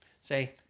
say